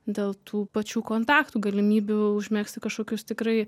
dėl tų pačių kontaktų galimybių užmegzti kažkokius tikrai